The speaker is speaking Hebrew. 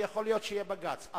ויכול להיות שיהיה בג"ץ,